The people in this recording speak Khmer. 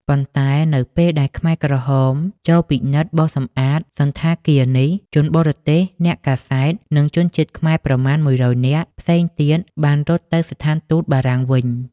ប៉ុន្តែនៅពេលដែលខ្មែរក្រហមចូលពិនិត្យបោសសម្អាតសណ្ឋាគារនេះ ជនបរទេស អ្នកកាសែត និងជនជាតិខ្មែរប្រមាណ ១០០ នាក់ផ្សេងទៀតបានរត់ទៅស្ថានទូតបារាំងវិញ។